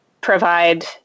provide